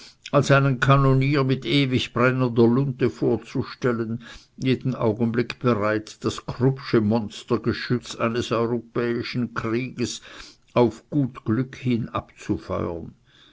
als einen kanonier mit ewig brennender lunte vorzustellen jeden augenblick bereit das kruppsche monstregeschütz eines europäischen krieges auf gut glück hin